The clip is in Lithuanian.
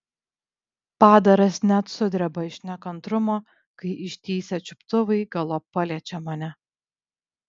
padaras net sudreba iš nekantrumo kai ištįsę čiuptuvai galop paliečia mane